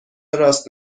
راست